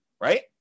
right